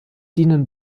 dienen